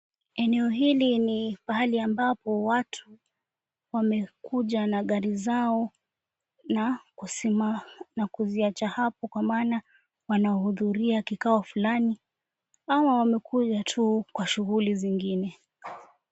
Eneo hili ni pahali ambapo watu wamekuja na gari zao na kusimama na kuziacha hapo, kwa maana wanahudhuria kikao fulani, ama wamekuja tu kwa shughuli zingine.